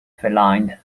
feline